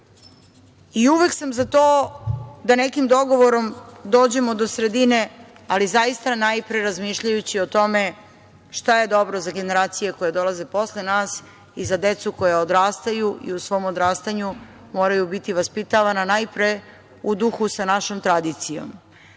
i uvek sam za to da nekim dogovorom dođemo do sredine, ali zaista najpre razmišljajući o tome šta je dobro za generacije koje dolaze posle nas i za decu koja odrastaju i u svom odrastanju moraju biti vaspitavana najpre u duhu sa našom tradicijom. Nemamo